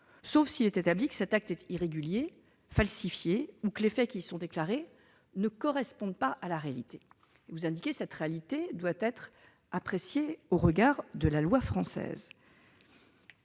sauf s'il est établi que cet acte est irrégulier, falsifié ou que les faits qui y sont déclarés ne correspondent pas à la réalité. Vous souhaitez donc préciser que cette réalité doit être appréciée au regard de la loi française.